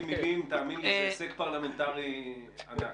מילים ותאמין לי שזה הישג פרלמנטרי ענק.